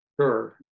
Sure